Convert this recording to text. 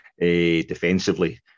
defensively